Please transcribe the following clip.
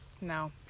No